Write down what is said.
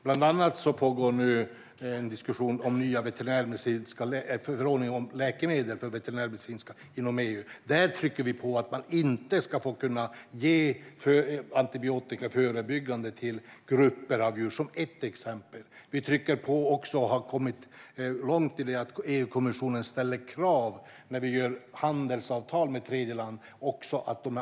Herr talman! Bland annat pågår det nu en diskussion inom EU om en förordning om veterinärmedicinska läkemedel. Där trycker vi på för att man inte ska få ge antibiotika förebyggande till grupper av djur. Det är ett exempel. Vi trycker också på, och har kommit långt i det arbetet, för att EU-kommissionen ska ställa krav när man ingår handelsavtal med tredje land.